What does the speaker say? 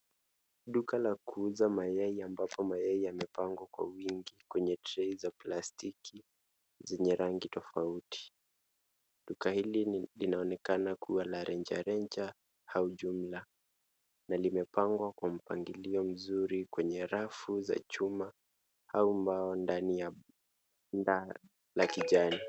Duka la kuuza mayai ambapo mayai yamepangwa kwa wingi kwenye trei za plastiki zenye rangi tofauti. Duka hili linaonekana kuwa la rejareja au jumla na limepangwa kwa mpangilio mzuri kwenye rafu za chuma au mbao ndani ya banda la kijani.